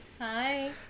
Hi